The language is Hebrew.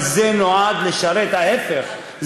אבל ההפך,